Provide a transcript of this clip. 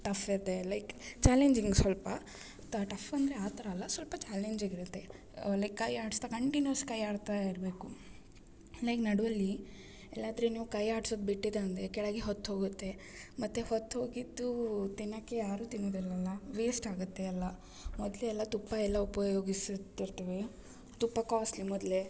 tough ಇರುತ್ತೆ like challenging ಸ್ವಲ್ಪ tough ಅಂದರೆ ಆ ಥರ ಅಲ್ಲ ಸ್ವಲ್ಪ ಚಾಲೆಂಜಿಂಗ್ ಇರುತ್ತೆ ಲೈಕ್ ಕೈ ಆಡಿಸ್ತಾ ಕಂಟಿನ್ಯೂಯಸ್ ಕೈ ಆಡ್ತಾ ಇರಬೇಕು ಲೈಕ್ ನಡುವಲ್ಲಿ ಎಲ್ಲಾದ್ರು ನೀವು ಕೈ ಆಡಿಸೋದ್ ಬಿಟ್ಟಿದೆ ಅಂದರೆ ಕೆಳಗೆ ಹೊತ್ತಿ ಹೋಗುತ್ತೆ ಮತ್ತು ಹೊತ್ತಿ ಹೋಗಿದ್ದೂ ತಿನ್ನೋಕೆ ಯಾರು ತಿನ್ನೋದಿಲ್ಲಲ್ಲ ವೇಸ್ಟ್ ಆಗುತ್ತೆ ಎಲ್ಲ ಮೊದಲೆಲ್ಲ ತುಪ್ಪ ಎಲ್ಲ ಉಪಯೋಗಿಸ್ತಿರ್ತೀವಿ ತುಪ್ಪ ಕ್ವಾಸ್ಟ್ಲಿ ಮೊದಲೆ